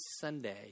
Sunday